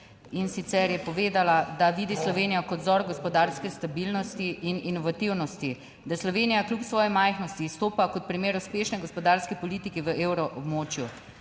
in sicer je povedala, da vidi Slovenijo kot vzor gospodarske stabilnosti in inovativnosti, da Slovenija kljub svoji majhnosti izstopa kot primer uspešne gospodarske politike v evroobmočju.